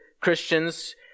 Christians